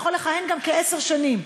יכול לכהן גם כעשר שנים,